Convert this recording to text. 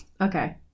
Okay